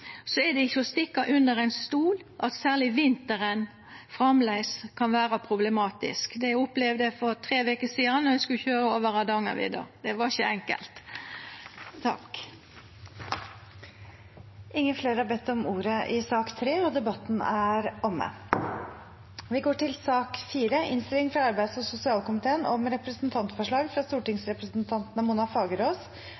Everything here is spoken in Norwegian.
er det ikkje til å stikka under stol at særleg vinteren framleis kan vera problematisk. Det opplevde eg for tre veker sidan då eg skulle køyra over Hardangervidda. Det var ikkje enkelt. Flere har ikke bedt om ordet til sak nr. 3. Etter ønske fra arbeids- og sosialkomiteen vil presidenten ordne debatten slik: 3 minutter til hver partigruppe og